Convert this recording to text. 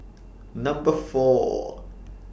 Number four